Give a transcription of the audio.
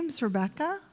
Rebecca